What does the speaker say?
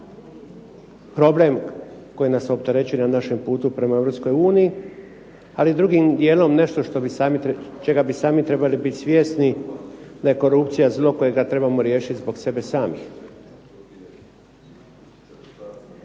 problem koji nas opterećuje na našem putu prema Europskoj uniji. Ali drugim dijelom nešto što bi sami, čega bi sami trebali biti svjesni da je korupcija zlo kojega trebamo riješiti zbog sebe samih.